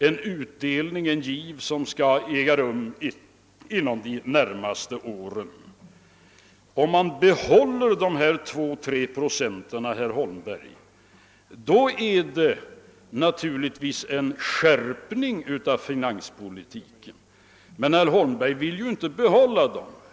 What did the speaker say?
Det är en utveckling som skall äga rum de närmaste åren. Om man behåller dessa 2—3 procent, herr Holmberg, då är det naturligtvis fråga om en skärpning av finanspolitiken. Men herr Holmberg vill ju inte be hålla dem.